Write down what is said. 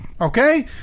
Okay